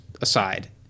aside